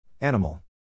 Animal